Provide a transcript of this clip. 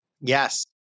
Yes